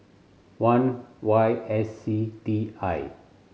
one Y S C T I